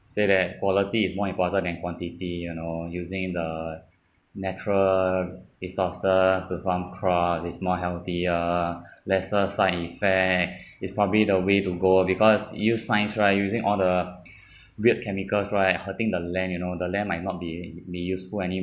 say that quality is more important than quantity you know using the natural resources to farm crop is more healthier lesser side effect is probably the way to go because use science right using all the weird chemicals right hurting the land you know the land might not be be useful